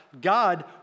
God